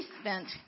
spent